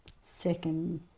second